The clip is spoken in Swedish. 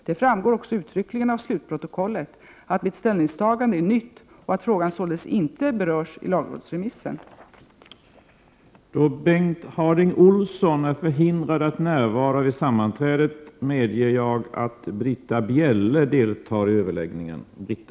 Det framgår också uttryckligen av slutprotokollet att mitt ställningstagande är nytt och att frågan således inte berörts i lagrådsremissen. Då Bengt Harding Olson, som framställt frågan, anmält att han var förhindrad att närvara vid sammanträdet, medgav talmannen att Britta Bjelle i stället fick delta i överläggningen.